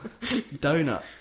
donut